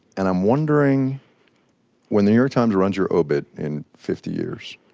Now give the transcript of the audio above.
and i'm wondering when the new york times runs your obit in fifty years,